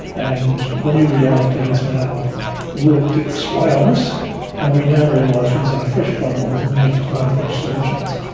and the new reality has now worked its way on us and we now realise these are fresh problems and we have to find fresh solutions.